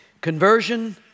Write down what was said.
Conversion